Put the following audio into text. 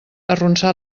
arronsà